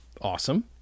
Awesome